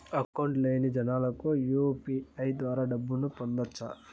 Account లేని జనాలకు UPI ద్వారా డబ్బును పంపొచ్చా?